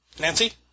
Nancy